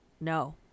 no